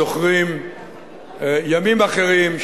זוכרים ימים אחרים,